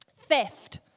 Theft